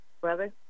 Brother